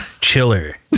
chiller